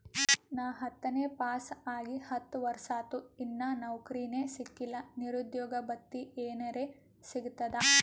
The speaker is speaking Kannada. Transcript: ನಾ ಹತ್ತನೇ ಪಾಸ್ ಆಗಿ ಹತ್ತ ವರ್ಸಾತು, ಇನ್ನಾ ನೌಕ್ರಿನೆ ಸಿಕಿಲ್ಲ, ನಿರುದ್ಯೋಗ ಭತ್ತಿ ಎನೆರೆ ಸಿಗ್ತದಾ?